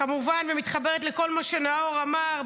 כמובן ומתחברת לכל מה שנאור אמר,